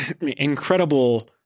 incredible